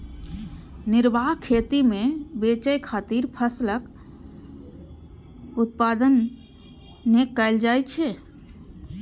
निर्वाह खेती मे बेचय खातिर फसलक उत्पादन नै कैल जाइ छै